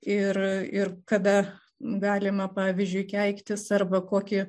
ir ir kada galima pavyzdžiui keiktis arba kokį